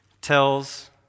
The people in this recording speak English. tells